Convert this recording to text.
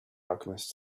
alchemist